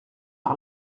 par